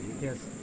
yes